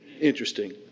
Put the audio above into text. interesting